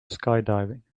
skydiving